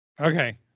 Okay